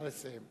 נא לסיים.